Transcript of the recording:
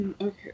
Okay